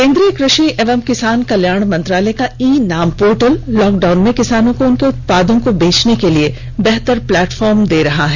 केंद्रीय कृषि एवं किसान कल्याण मंत्रालय का ई नाम पोर्टल लॉकडाउन में किसानों को उनके उत्पादों को बेचर्ने के लिए बेहतर प्लेटफार्म दे रहा है